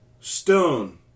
Stone